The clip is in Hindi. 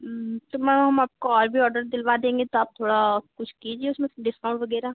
तो मैम हम आपको और भी ऑर्डर दिलवा देंगे तो आप थोड़ा कुछ कीजिए उसमें डिस्काउंट वगैरह